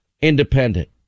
independent